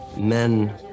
men